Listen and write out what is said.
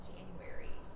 January